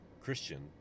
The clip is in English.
Christian